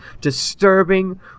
disturbing